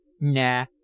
Nah